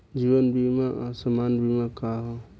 जीवन बीमा आ सामान्य बीमा का ह?